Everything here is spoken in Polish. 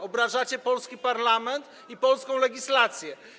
Obrażacie polski parlament i polską legislację.